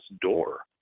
door